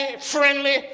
friendly